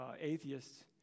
atheists